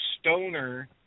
stoner